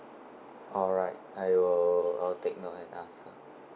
alright I will I'll take note and ask her